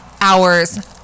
hours